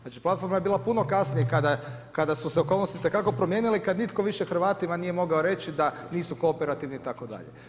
Znači platforma je bila puno kasnije kada su se okolnosti itekako promijenile i kada više nitko Hrvatima nije mogao reći da nisu kooperativni itd.